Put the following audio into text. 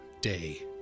Day